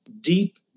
deep